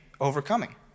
overcoming